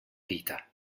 vita